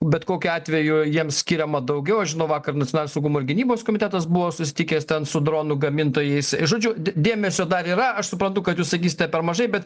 bet kokiu atveju jiems skiriama daugiau aš žinau vakar nacionalinis saugumo gynybos komitetas buvo susitikęs ten su dronų gamintojais žodžiu dėmesio dar yra aš suprantu kad jūs sakysite per mažai bet